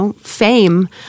fame